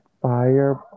fire